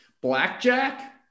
Blackjack